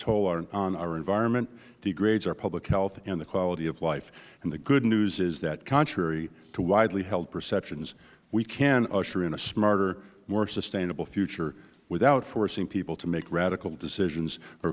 toll on our environment degrades our public health and the quality of life the good news is that contrary to widely held perceptions we can usher in a smarter more sustainable future without forcing people to make radical